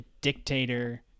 dictator